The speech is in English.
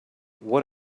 what